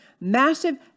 massive